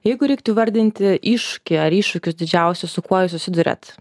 jeigu reiktų įvardinti iššūkį ar iššūkius didžiausius su kuo jūs susiduriat